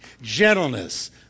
gentleness